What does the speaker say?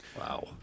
Wow